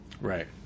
right